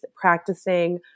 practicing